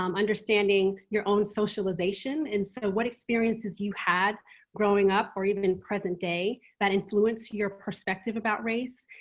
um understanding your own socialization. and so what experiences you had growing up or even in present day that influence your perspective about race.